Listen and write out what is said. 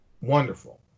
wonderful